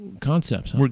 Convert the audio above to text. concepts